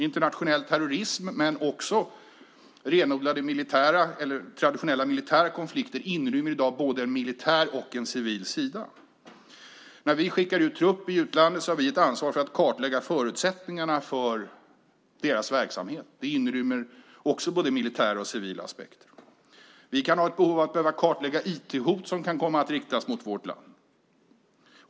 Internationell terrorism men också traditionella militära konflikter inrymmer i dag både en militär och en civil sida. När vi skickar ut trupp i utlandet har vi ett ansvar att kartlägga förutsättningarna för deras verksamhet. Det inrymmer också både civila och militära aspekter. Vi kan ha ett behov av att kartlägga IT-hot som kan komma att riktas mot vårt land.